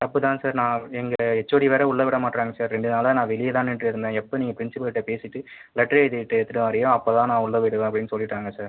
தப்பு தான் சார் நான் எங்கள் ஹெச்ஓடி வேறு உள்ளே விட மாட்றாங்க சார் ரெண்டு நாளாக நான் வெளியே தான் நின்னுட்டுருந்தேன் எப்போ நீங்கள் ப்ரின்சிபல்ட்ட பேசிவிட்டு லெட்ரு எழுதிவிட்டு எடுத்துட்டு வரியோ அப்போதான் நான் உள்ளே விடுவேன் அப்படின்னு சொல்லிவிட்டாங்க சார்